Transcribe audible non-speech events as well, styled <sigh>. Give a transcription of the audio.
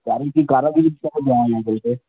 कारण की कारागिरी <unintelligible>